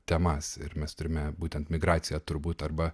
temas ir mes turime būtent migraciją turbūt arba